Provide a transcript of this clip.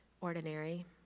ordinary